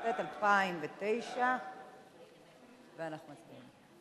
התשס"ט 2009. ואנחנו מצביעים.